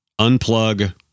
Unplug